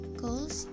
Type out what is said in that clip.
goals